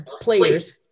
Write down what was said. players